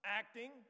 acting